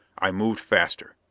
i moved faster.